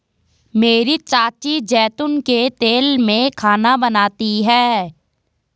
मेरी चाची जैतून के तेल में खाना बनाती है